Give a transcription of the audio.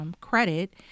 Credit